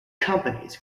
companies